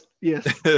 yes